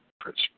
Prince